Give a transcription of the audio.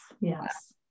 Yes